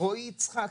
רועי יצחקי',